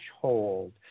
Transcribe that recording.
threshold